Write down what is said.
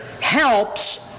helps